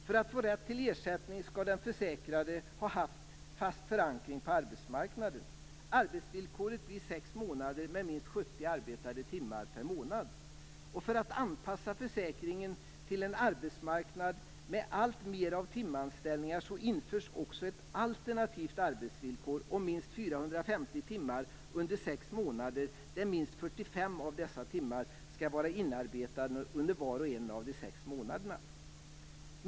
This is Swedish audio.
För att få rätt till ersättning skall den försäkrade ha haft fast förankring på arbetsmarknaden. Arbetsvillkoret blir sex månader med minst 70 arbetade timmar per månad. För att anpassa försäkringen till en arbetsmarknad med allt mer av timanställningar införs också ett alternativt arbetsvillkor om minst 450 timmar under sex månader där minst 45 av dessa timmar skall vara inarbetade under var och en av de sex månaderna.